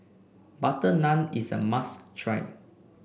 butter naan is a must try